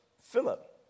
Philip